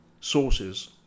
sources